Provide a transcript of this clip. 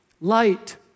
Light